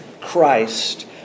Christ